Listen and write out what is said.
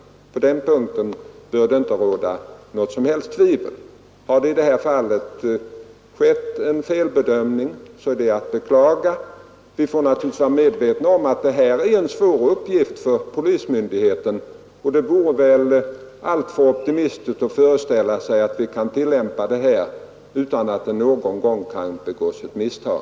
På den punkten får det inte råda någon tvekan. Och om det i detta fall har gjorts en felbedömning, så är det som sagt att beklaga. Vi skall emellertid vara medvetna om att detta är en svår uppgift för polismyndigheten, och det vore kanske alltför optimistiskt att föreställa sig att vi kan tillämpa gällande bestämmelser på detta område utan att det också någon gång begås misstag.